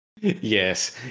Yes